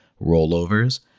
rollovers